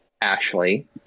Ashley